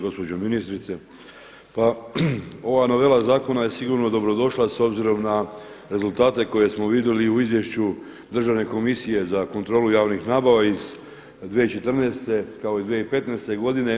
Gospođo ministrice pa ova novela zakona je sigurno dobrodošla s obzirom na rezultate koje smo vidjeli u izvješću Državne komisije za kontrolu javnih nabava iz 2014. kao i iz 2015. godine.